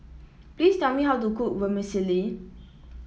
please tell me how to cook Vermicelli